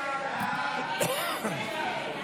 סעיף 07, כהצעת הוועדה,